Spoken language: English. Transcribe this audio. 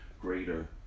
greater